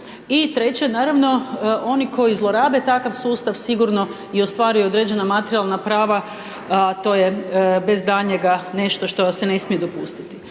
i treće naravno oni koji zlorabe takav sustav sigurno i ostvaruju određena materijalna prava, a to je bez daljnjega nešto što se ne smije dopustiti.